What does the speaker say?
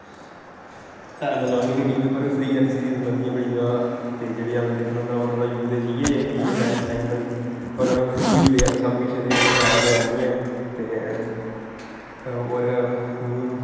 free आहली series लभदियां ना बड़ी ज्यादा ते जेहडे़ इयै एह् इस टाइम उप्पर गी ओह देआ दे फ्री सब किश ते ओह् लैनी ऐ ते और